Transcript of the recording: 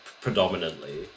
predominantly